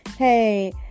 Hey